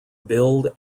build